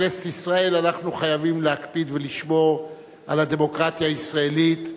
בכנסת ישראל אנחנו חייבים להקפיד ולשמור על הדמוקרטיה הישראלית,